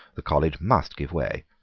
the college must give way.